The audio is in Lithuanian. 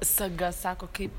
saga sako kaip